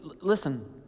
listen